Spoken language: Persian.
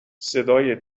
صدای